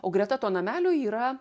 o greta to namelio yra